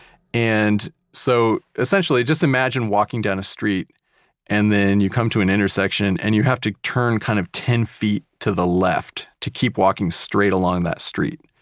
and so, essentially, just imagine walking down a street and then you come to an intersection and you have to turn kind of ten feet to the left to keep walking straight along that street.